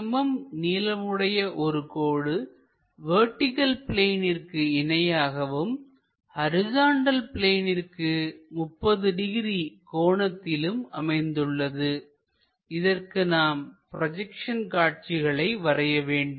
40 mm நீளமுடைய ஒரு கோடு வெர்டிகள் பிளேனிற்கு இணையாகவும் ஹரிசாண்டல் பிளேனிற்கு 30 டிகிரி கோணத்திலும் அமைந்துள்ளது இதற்கு நாம் ப்ரொஜெக்ஷன் காட்சிகளை வரைய வேண்டும்